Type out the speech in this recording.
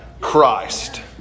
Christ